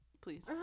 please